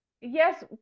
Yes